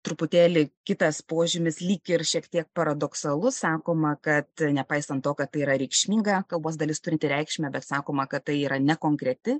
truputėlį kitas požymis lyg ir šiek tiek paradoksalu sakoma kad nepaisant to kad tai yra reikšminga kalbos dalis turinti reikšmę bet sakoma kad tai yra nekonkreti